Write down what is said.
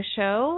Show